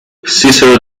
cicero